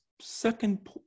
second